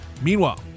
Meanwhile